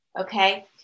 Okay